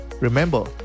remember